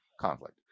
conflict